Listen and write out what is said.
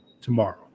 tomorrow